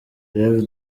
rev